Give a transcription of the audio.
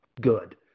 good